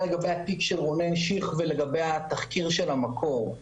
לגבי התיק של רונן שיך ולגבי התחקיר של 'המקור'.